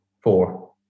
four